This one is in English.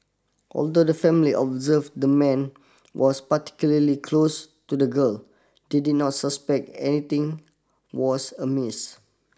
although the family observed the man was particularly close to the girl they did not suspect anything was amiss